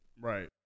Right